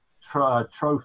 trophy